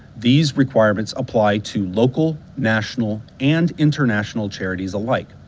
these requirements apply to local, national, and international charities alike.